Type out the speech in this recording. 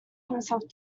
himself